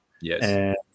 Yes